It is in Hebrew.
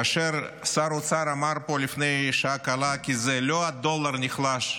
כאשר שר האוצר אמר פה לפני שעה קלה כי זה לא הדולר נחלש,